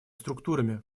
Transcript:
структурами